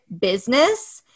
business